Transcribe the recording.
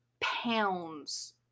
pounds